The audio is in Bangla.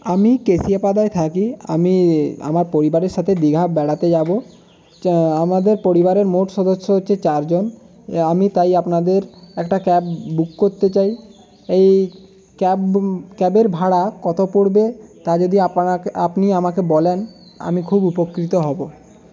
আমি থাকি আমি আমার পরিবারের সাথে দীঘা বেড়াতে যাবো আমাদের পরিবারের মোট সদস্য হচ্ছে চার জন আমি তাই আপনাদের একটা ক্যাব বুক করতে চাই এই ক্যাব ক্যাবের ভাড়া কতো পড়বে তা যদি আপনি আমাকে বলেন আমি খুব উপকৃত হবো